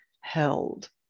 held